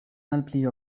malpli